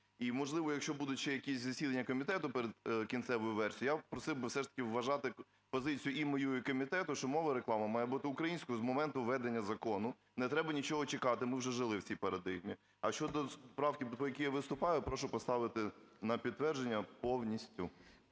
І, можливо, якщо будуть ще якісь засідання комітету перед кінцевою версією, я просив би все ж таки вважати позицію і мою, і комітету, що мова реклами має бути українською з моменту введення закону, не треба нічого чекати, ми вже жили в цій парадигмі. А щодо правки, по якій я виступаю, прошу поставити на підтвердження повністю,